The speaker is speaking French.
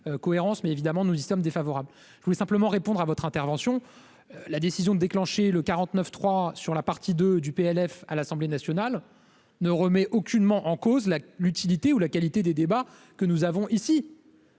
cohérence, mais évidemment, nous y sommes défavorables, je voulais simplement répondre à votre intervention, la décision de déclencher le 49 3 sur la partie de du PLF à l'Assemblée nationale. Ne remet aucunement en cause la lucidité où la qualité des débats que nous avons ici.